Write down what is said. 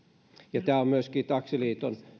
ja tämä on myöskin taksiliiton